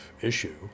issue